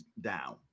down